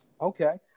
Okay